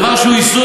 מה אתם רוצים לעשות,